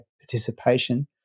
participation